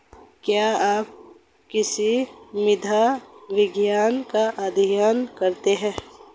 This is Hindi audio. क्या आप कृषि मृदा विज्ञान का अध्ययन करते हैं?